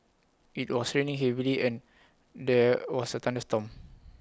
IT was raining heavily and there was A thunderstorm